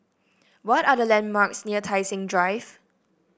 what are the landmarks near Tai Seng Drive